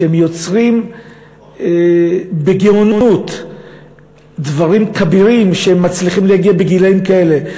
שיוצרים בגאונות דברים כבירים שהם מצליחים להגיע אליהם בגילים כאלה.